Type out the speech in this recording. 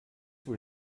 wohl